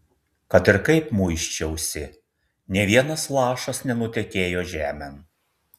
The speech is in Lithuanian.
kad ir kaip muisčiausi nė vienas lašas nenutekėjo žemėn